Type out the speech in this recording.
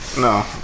No